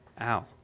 Ow